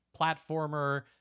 platformer